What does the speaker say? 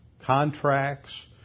contracts